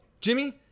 Jimmy